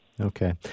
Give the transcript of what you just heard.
Okay